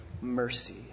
mercy